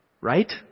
right